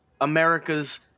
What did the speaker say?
America's